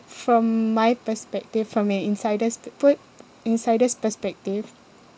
from my perspective from an insider's p~ point insider's perspective